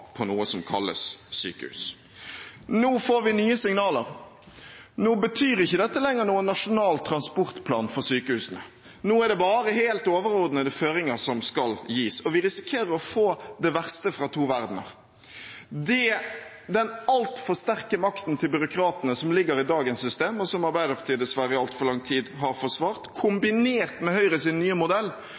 på noe som kalles sykehus. Nå får vi nye signaler. Nå betyr ikke dette lenger noen «nasjonal transportplan» for sykehusene. Nå er det bare helt overordnede føringer som skal gis, og vi risikerer å få det verste fra to verdener – den altfor sterke makten til byråkratene som ligger i dagens system, og som Arbeiderpartiet dessverre i altfor lang tid har forsvart, kombinert med Høyres nye modell,